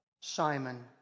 Simon